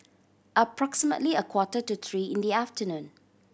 approximately a quarter to three in the afternoon